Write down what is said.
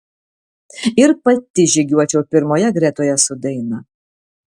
ir pati žygiuočiau pirmoje gretoje su daina